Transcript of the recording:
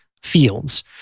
fields